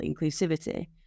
inclusivity